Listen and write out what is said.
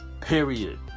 period